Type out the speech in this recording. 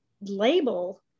label